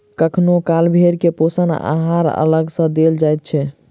कखनो काल भेंड़ के पोषण आहार अलग सॅ देल जाइत छै